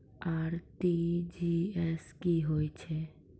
RTGS की होय छै?